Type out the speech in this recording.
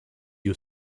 you